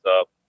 up